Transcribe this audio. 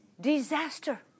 Disaster